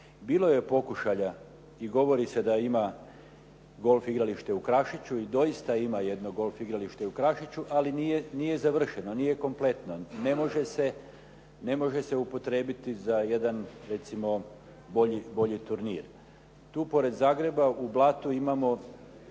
Bilo je pokušaja i govori se da ima golf igralište u Krašiću i doista ima jedno golf igralište u Krašiću ali nije završeno, nije kompletno. Ne može se upotrijebiti za jedan recimo bolji turnir. Tu pored Zagreba u Blatu imamo